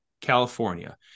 California